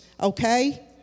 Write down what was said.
okay